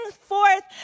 forth